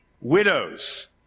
widows